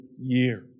year